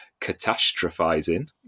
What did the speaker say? catastrophizing